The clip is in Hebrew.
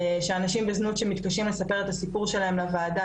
שאנשים בזנות שמתקשים לספר את הסיפור שלהם בוועדה,